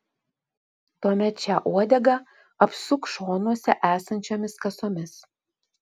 tuomet šią uodegą apsuk šonuose esančiomis kasomis